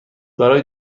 برای